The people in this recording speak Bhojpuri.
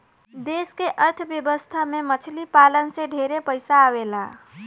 देश के अर्थ व्यवस्था में मछली पालन से ढेरे पइसा आवेला